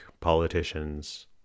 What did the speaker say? politicians